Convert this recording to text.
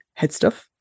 headstuff